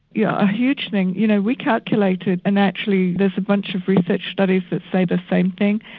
yeah, a huge thing. you know we calculated and actually there's a bunch of research studies that say the same thing,